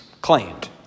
claimed